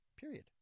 Period